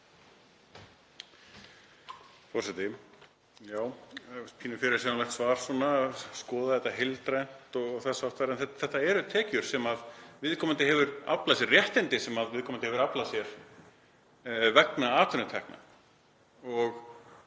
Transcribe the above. Þetta eru tekjur sem viðkomandi hefur aflað sér, réttindi sem viðkomandi hefur aflað sér vegna atvinnutekna